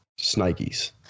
Snikes